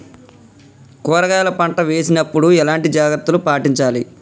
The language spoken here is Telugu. కూరగాయల పంట వేసినప్పుడు ఎలాంటి జాగ్రత్తలు పాటించాలి?